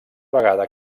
vegada